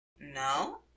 No